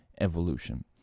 evolution